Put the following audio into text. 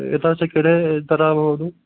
एतादृशं केरे तदा भवतु